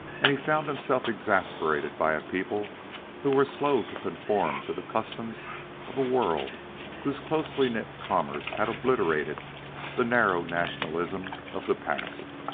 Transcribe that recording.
and he found himself exasperated by a people who were slow to conform to the customs of a world whose closely-knit commerce had obliterated the narrow nationalism of the past.